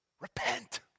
Repent